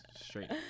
straight